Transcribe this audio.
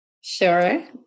Sure